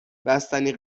بستنی